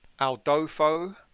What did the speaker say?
Aldofo